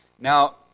Now